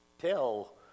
tell